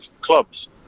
clubs